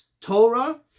Torah